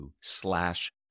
slash